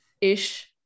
ish